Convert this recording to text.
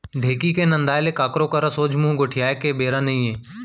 ढेंकी के नंदाय ले काकरो करा सोझ मुंह गोठियाय के बेरा नइये